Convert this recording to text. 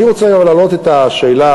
אני רוצה היום להעלות את השאלה,